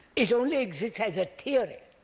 it only exists as a theory